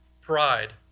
pride